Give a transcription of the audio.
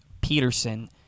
Peterson